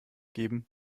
geben